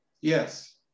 Yes